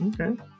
Okay